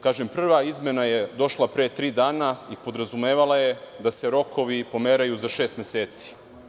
Kažem, prva izmena je došla pre tri dana i podrazumevala je da se rokovi pomeraju za šest meseci.